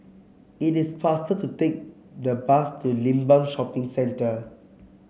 it is faster to take the bus to Limbang Shopping Centre